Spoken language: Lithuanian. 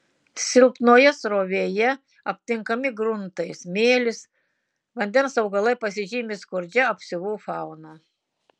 silpnoje srovėje aptinkami gruntai smėlis vandens augalai pasižymi skurdžia apsiuvų fauna